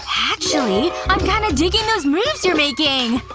actually, i'm kind of digging those moves you're making,